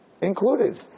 Included